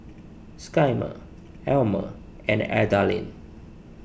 Skyler Almer and Adalynn